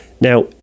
Now